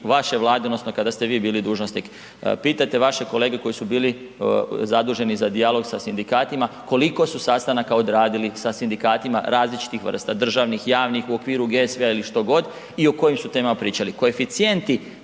vaše Vlade odnosno kada ste i vi bili dužnosnik. Pitajte vaše kolege koji su bili zaduženi za dijalog sa sindikatima koliko su sastanaka odradili sa sindikatima različitih vrsta, državnih, javnih, u okviru GSV-a ili što god i o kojim su temama pričali,